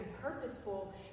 purposeful